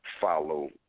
follow